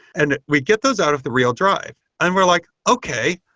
and we get those out of the real drive and we're like, okay,